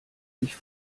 ich